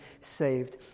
saved